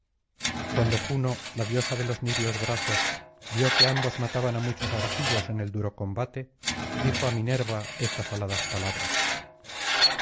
cuando juno la diosa de los niveos brazos vio que ambos mataban á muchos argivos en el duro combate dijo á minerva estas aladas palabras